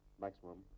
maximum